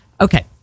Okay